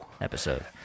episode